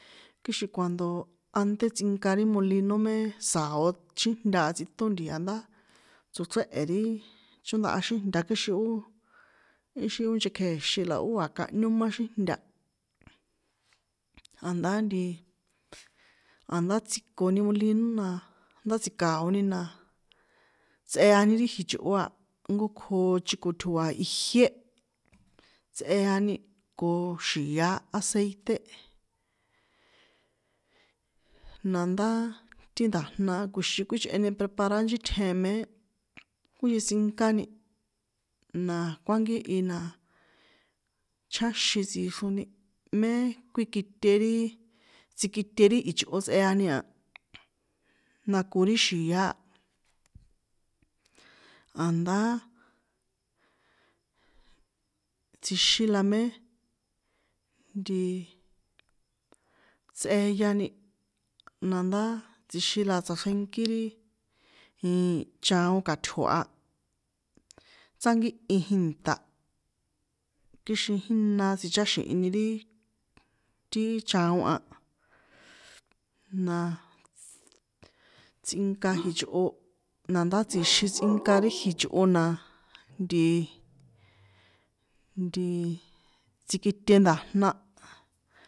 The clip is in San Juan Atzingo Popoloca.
Kixin cuando ante tsꞌinka ri molino mé sa̱o xíjnta tsꞌiṭón nti̱a ndá tsochréhe̱ ri chóndahya xíjnta kixin ó nchekjeexin la ó a kanhño má xíjnta, a̱ndá ntiii, a̱ndá tsikoni molino na, ndá tsi̱ka̱oni na tsꞌeani ri ichꞌo a nko kjo chiko tjoa ijié, tsꞌeani, ko xi̱ä aceite, nandá ti nda̱jna kuixin kuíchꞌeni prepara nchítjen mé kuítsinkáni, na kuánkíhi na, chjáxin tsixroni, mé kuíkite ri tsikite ri ichꞌo tsꞌeani a, na ko ri xi̱a, a̱ndá tsjixin la mé, ntiii, tsꞌeyani, na ndá tsixin la tsꞌaxrjenkí ri iii chaon ka̱tjo̱ a, tsánkíhi jínṭa̱, kixin jína tsicháxi̱hini ri ti chaon a, na- a, tsꞌinka ichꞌo, na ndá tsjixin tsꞌinka ri jichꞌo na, nti- i, nti- i, tsikite nda̱jna.